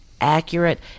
accurate